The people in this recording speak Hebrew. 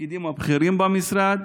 בתפקידים הבכירים במשרד?